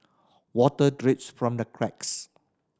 water drips from the cracks